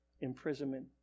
imprisonment